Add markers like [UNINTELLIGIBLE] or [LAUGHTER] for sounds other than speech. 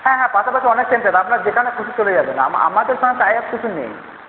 হ্যাঁ হ্যাঁ পাশাপাশি অনেক সেন্টার আপনার যেখানে খুশি চলে যাবেন [UNINTELLIGIBLE] আমাদের সঙ্গে টাই আপ কিছু নেই